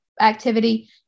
activity